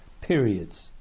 periods